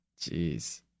Jeez